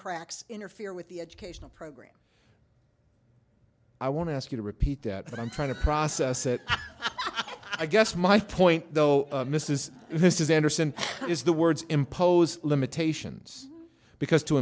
cracks interfere with the educational program i want to ask you to repeat that but i'm trying to process it i'm guess my point though miss is this is anderson is the words impose limitations because to